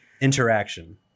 interaction